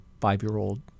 five-year-old